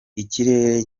ikirere